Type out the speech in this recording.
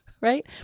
right